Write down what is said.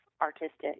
artistic